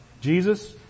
Jesus